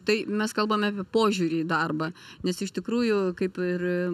tai mes kalbame apie požiūrį į darbą nes iš tikrųjų kaip ir